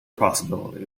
possibility